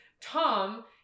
Tom